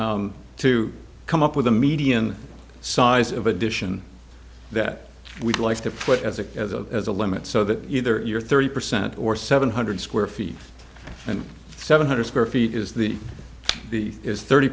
to come up with a median size of addition that we'd like to put as a as a as a limit so that either you're thirty percent or seven hundred square feet and seven hundred dollars square feet is the key is thirty